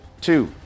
two